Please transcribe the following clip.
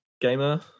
gamer